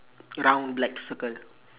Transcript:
round black circle